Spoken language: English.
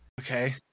Okay